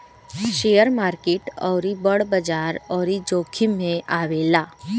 share market अउरी बड़ व्यापार अउरी जोखिम मे आवेला